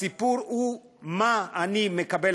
הסיפור הוא מה אני מקבל,